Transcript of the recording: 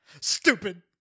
Stupid